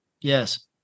Yes